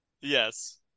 Yes